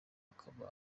akaba